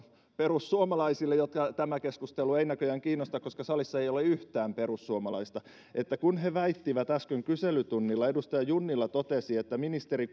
perussuomalaisille joita tämä keskustelu ei näköjään kiinnosta koska salissa ei ole yhtään perussuomalaista että kun he väittivät äsken kyselytunnilla edustaja junnila sen totesi että ministeri